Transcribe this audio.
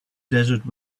desert